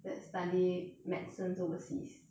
that study medicine overseas